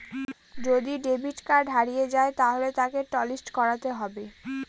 যদি debit card হারিয়ে যায় তাহলে তাকে টলিস্ট করাতে হবে